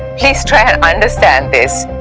please try and understand this.